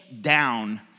down